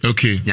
Okay